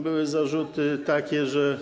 Były zarzuty takie, że.